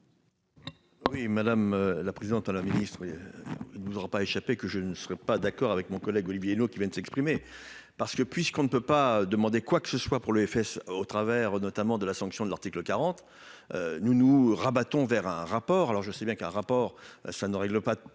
Oui, madame la présidente à la ministre, il ne vous aura pas échappé que je ne serais pas d'accord avec mon collègue Olivier Henno, qui viennent s'exprimer parce que, puisqu'on ne peut pas demander quoi que ce soit pour l'EFS au travers notamment de la sanction de l'article 40 nous nous rabattant vers un rapport alors je sais bien qu'un rapport, ça ne règle pas tous